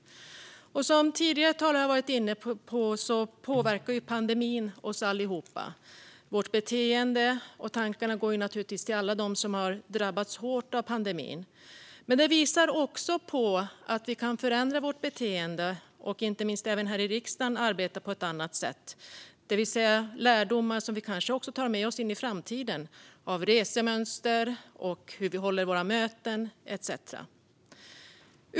Som tidigare talare också varit inne på påverkar pandemin oss alla och vårt beteende. Tankarna går till alla som drabbats hårt av pandemin. Men den visar också att vi kan förändra vårt beteende och arbeta på ett annat sätt, inte minst här i riksdagen, och dra lärdomar av resemönster, hur vi håller våra möten etcetera som vi kanske tar med oss in i framtiden.